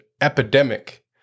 epidemic